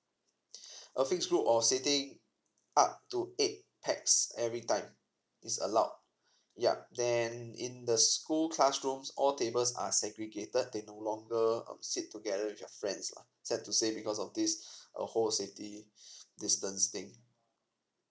office road or seating up to eight pax every time is allowed yup then in the school classroom all tables are segregated they're no longer um sit together with their friends lah sad to say because of this a whole city distance thing